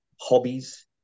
hobbies